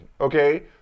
Okay